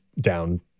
down